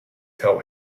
tell